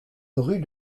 rue